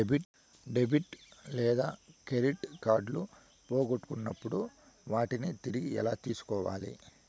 debit లేదా credit కార్డులు పోగొట్టుకున్నప్పుడు వాటిని తిరిగి ఎలా తీసుకోవాలి